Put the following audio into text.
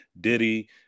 Diddy